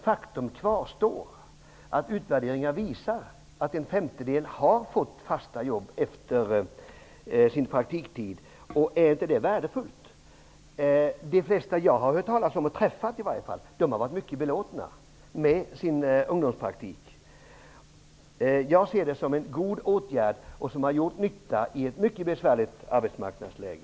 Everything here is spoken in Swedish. Faktum kvarstår att utvärderingar visar att en femtedel har fått fast jobb efter sin praktiktid. Är inte det värdefullt? De flesta jag har träffat har varit mycket belåtna med sin ungdomspraktik. Jag ser det som en god åtgärd som har gjort nytta i ett mycket besvärligt arbetsmarknadsläge.